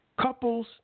Couples